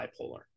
bipolar